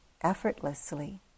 effortlessly